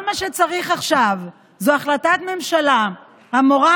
כל מה שצריך עכשיו זה החלטת ממשלה המורה